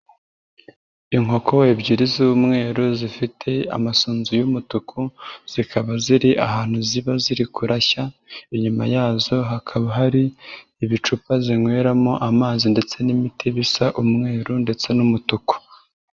Inkoko ebyiri z'umweru zifite amasunzu y'umutuku, zikaba ziri ahantu ziba ziri kurashya, inyuma yazo hakaba hari ibicupa zinyweramo amazi ndetse n'imiti bisa umweru ndetse n'umutuku.